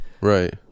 Right